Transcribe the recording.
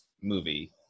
movie